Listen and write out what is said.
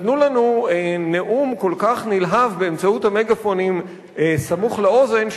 נתנו לנו נאום כל כך נלהב באמצעות המגאפונים סמוך לאוזן,